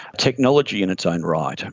technology in its own right,